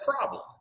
problem